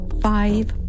Five